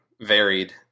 varied